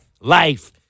life